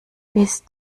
bist